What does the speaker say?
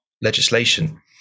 legislation